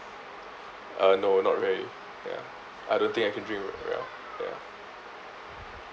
uh no not very ya I don't think I can drink very well ya